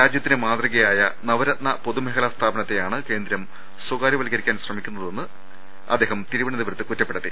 രാജ്യത്തിന് മാതൃകയായ നവരത്ന പൊതുമേഖലാ സ്ഥാപനത്തെയാണ് കേന്ദ്രം സ്ഥകാര്യവത്കരിക്കാൻ ശ്രമിക്കുന്നതെന്ന് അദ്ദേഹം തിരുവനന്തപുരത്ത് കുറ്റപ്പെടുത്തി